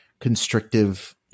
constrictive